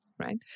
Right